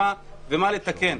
מה לתקן.